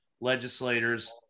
legislators